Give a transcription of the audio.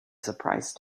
surprise